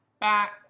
back